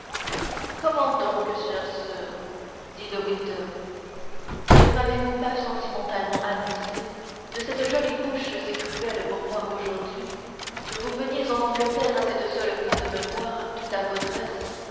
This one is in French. comment donc chère soeur dit de winter ne m'avez-vous pas sentimentalement annoncé de cette jolie bouche si cruelle pour moi aujourd'hui que vous veniez en angleterre à cette seule fin de me voir tout à votre aise